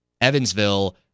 Evansville